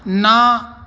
ਨਾ